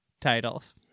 titles